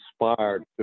inspired